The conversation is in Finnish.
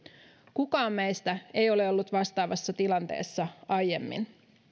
kukaan meistä ei ole ollut vastaavassa tilanteessa aiemmin